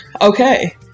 okay